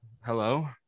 Hello